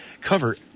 cover